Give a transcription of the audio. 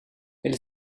elle